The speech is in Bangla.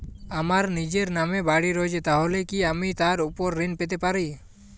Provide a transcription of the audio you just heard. আমার নিজের নামে বাড়ী রয়েছে তাহলে কি আমি তার ওপর ঋণ পেতে পারি?